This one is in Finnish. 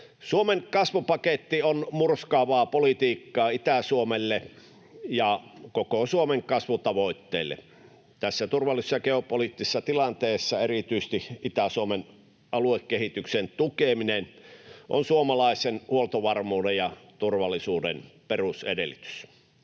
Suomen kasvupaketti on murskaavaa politiikkaa Itä-Suomelle ja koko Suomen kasvutavoitteille. Tässä turvallisuus- ja geopoliittisessa tilanteessa erityisesti Itä-Suomen aluekehityksen tukeminen on suomalaisen huoltovarmuuden ja turvallisuuden perusedellytys.